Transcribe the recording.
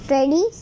Ready